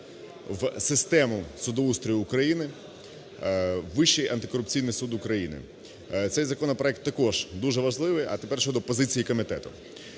в систему судоустрою України Вищий антикорупційний суд України. Цей законопроект також дуже важливий. А тепер щодо позиції комітету.